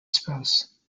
spouse